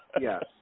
Yes